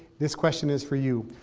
this question is for you.